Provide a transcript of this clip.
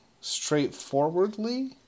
straightforwardly